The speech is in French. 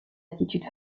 attitude